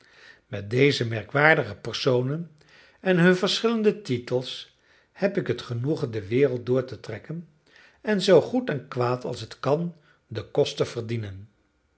met deze merkwaardige personen en hun verschillende titels heb ik het genoegen de wereld door te trekken en zoo goed en kwaad als t kan den kost te verdienen